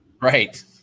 Right